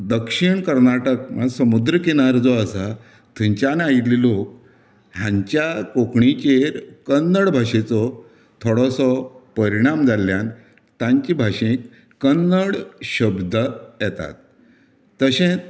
दक्षिण कर्नाटक म्हळ्यार समुद्र किनारो जो आसा थंयच्यान आयिल्ले लोक हांगच्या कोंकणीचेर कन्नड भाशेचो थोडोसो परिणाम जाल्ल्यान तांची भाशेंक कन्नड शब्द येतात तशेंच